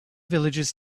villagers